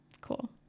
cool